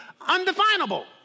undefinable